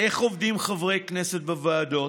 איך עובדים חברי כנסת בוועדות,